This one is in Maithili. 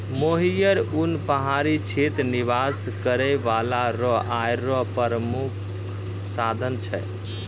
मोहियर उन पहाड़ी क्षेत्र निवास करै बाला रो आय रो प्रामुख साधन छै